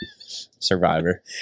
Survivor